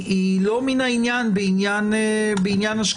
היא לא מן העניין בעניין השקיפות.